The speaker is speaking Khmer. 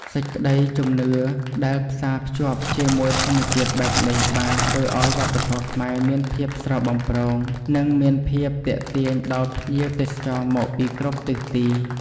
សេចក្តីជំនឿដែលផ្សារភ្ជាប់ជាមួយធម្មជាតិបែបនេះបានធ្វើឱ្យវប្បធម៌ខ្មែរមានភាពស្រស់បំព្រង និងមានភាពទាក់ទាញដល់ភ្ញៀវទេសចរមកពីគ្រប់ទិសទី។